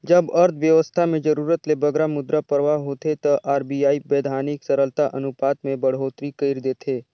जब अर्थबेवस्था में जरूरत ले बगरा मुद्रा परवाह होथे ता आर.बी.आई बैधानिक तरलता अनुपात में बड़होत्तरी कइर देथे